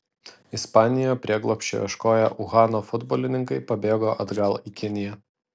ispanijoje prieglobsčio ieškoję uhano futbolininkai pabėgo atgal į kiniją